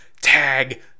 tag